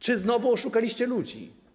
Czy znowu oszukaliście ludzi?